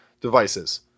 devices